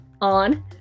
on